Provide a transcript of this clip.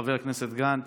חבר הכנסת גנץ: